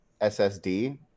SSD